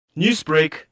Newsbreak